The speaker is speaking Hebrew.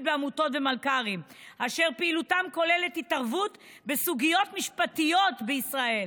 בעמותות ומלכ"רים אשר פעילותם כוללת התערבות בסוגיות משפטיות בישראל,